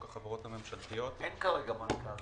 החברות הממשלתיות -- אין כרגע מנכ"ל,